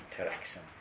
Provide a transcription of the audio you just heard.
interaction